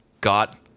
got